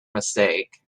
mistake